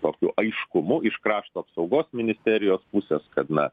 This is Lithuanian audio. tokiu aiškumu iš krašto apsaugos ministerijos pusės kad na